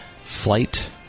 flight